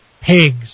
pigs